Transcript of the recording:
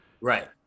Right